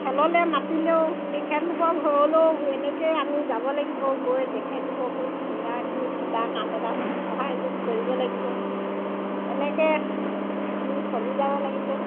খেললৈ মাতিলেও তেখেতলোকৰ ঘৰলৈও এনেকৈ আমি যাব লাগিব গৈ তেখেতলোককো কোনোবাখিনিত কিবা কাম এটাত সহায় সহযোগ কৰিব লাগিব এনেকৈ আমি চলি যাব লাগিব